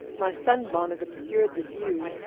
my sun-bonnet obstructed the view.